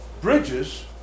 Bridges